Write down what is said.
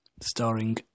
starring